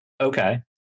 Okay